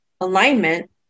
alignment